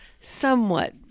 somewhat